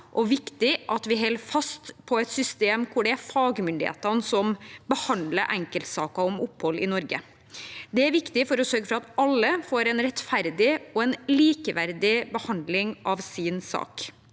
og viktig at vi holder fast på et system hvor det er fagmyndighetene som behandler enkeltsaker om opphold i Norge. Det er viktig for å sørge for at alle får en rettferdig og likeverdig behandling av sin sak.